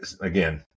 Again